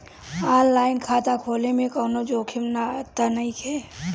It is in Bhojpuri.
आन लाइन खाता खोले में कौनो जोखिम त नइखे?